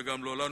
וגם לא לנו.